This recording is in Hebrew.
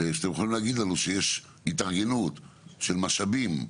שאתם יכולים להגיד לנו שיש התארגנות של משאבים.